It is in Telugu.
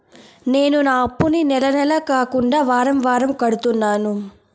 నేను నా అప్పుని నెల నెల కాకుండా వారం వారం కడుతున్నాను